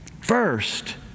first